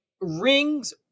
rings